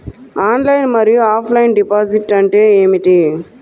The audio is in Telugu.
ఆన్లైన్ మరియు ఆఫ్లైన్ డిపాజిట్ అంటే ఏమిటి?